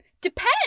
depends